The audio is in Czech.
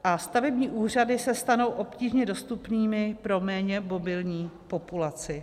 A stavební úřady se stanou obtížně dostupnými pro méně mobilní populaci.